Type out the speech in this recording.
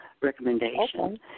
recommendation